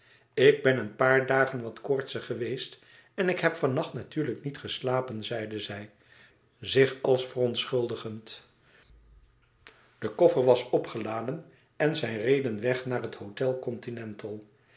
ik ben een paar dagen wat koortsig geweest en ik heb van nacht natuurlijk niet geslapen zeide zij zich als verontschuldigend de koffer was opgeladen en zij reden weg naar het hôtel continental